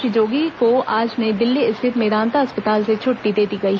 श्री जोगी को आज नई दिल्ली स्थित मेदांता अस्पताल से छुट्टी दे दी गयी